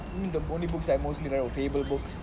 I'm the only books I mostly read are paper books